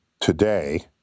today